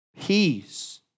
peace